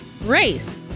race